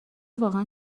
واقعا